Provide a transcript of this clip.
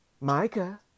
Micah